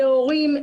להורים,